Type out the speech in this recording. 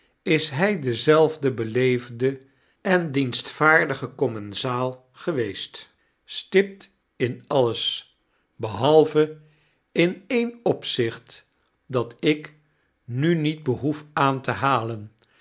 is hy dezelfde beleefde en dienstvaardige commensaal geweest stipt in alles behalve in een opzicht dat ik nu niet behoef aan te halen